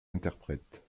interprètes